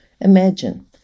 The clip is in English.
Imagine